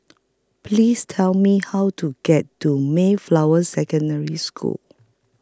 Please Tell Me How to get to Mayflower Secondary School